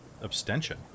abstention